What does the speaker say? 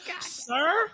Sir